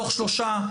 תוך שלושה,